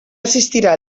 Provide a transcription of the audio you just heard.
assistirà